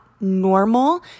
normal